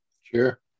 Sure